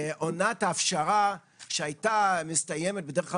עונת ההפשרה שהייתה מסתיימת בדרך כלל